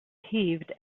heaved